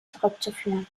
zurückzuführen